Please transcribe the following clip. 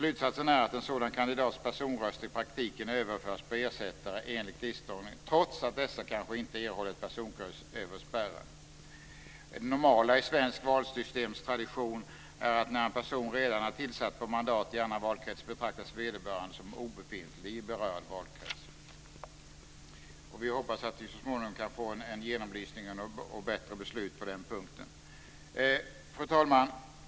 Slutsatsen är att en sådan kandidats personröster i praktiken överförs på en ersättare enligt listordningen, trots att denna kanske inte erhållit så många personkryss att han eller hon hamnat över spärren. Det normala i svensk valsystemstradition är att en person som redan är tillsatt på mandat i annan valkrets betraktas som obefintlig i berörd valkrets. Vi hoppas att vi så småningom kan få en genomlysning och bättre beslut på den punkten. Fru talman!